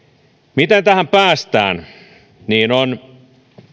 miten tähän päästään on